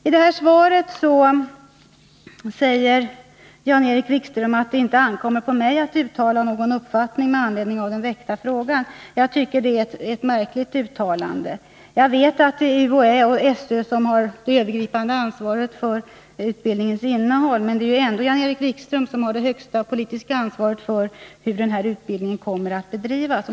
Jan-Erik Wikström säger i svaret: ”Det ankommer därför inte på mig att uttala någon uppfattning med anledning av den framställda frågan.” Det tycker jag är ett märkligt uttalande. Jag vet att UHÄ och SÖ har det övergripande ansvaret för utbildningens innehåll, men det är ju ändå Jan-Erik Wikström som har det högsta politiska ansvaret för hur utbildningen kommer att bedrivas.